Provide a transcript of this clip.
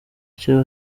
icyo